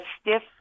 stiff